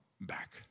back